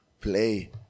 play